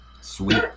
sweet